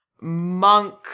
monk